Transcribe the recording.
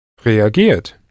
Reagiert